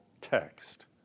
text